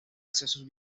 accesos